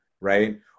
right